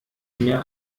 mehr